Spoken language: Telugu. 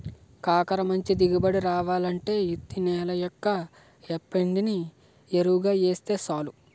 కాకర మంచి దిగుబడి రావాలంటే యిత్తి నెలయ్యాక యేప్పిండిని యెరువుగా యేస్తే సాలు